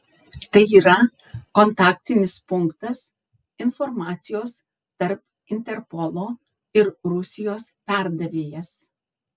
tai yra kontaktinis punktas informacijos tarp interpolo ir rusijos perdavėjas